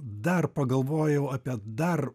dar pagalvojau apie dar